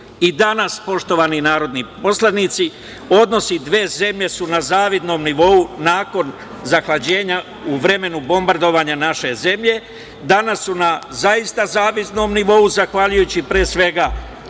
danas, poštovani narodni poslanici, odnosi dve zemlje su na zavidnom nivou nakon zahlađenja u vremenu bombardovanja naše zemlje. Danas su na zaista zavidnom nivou zahvaljujući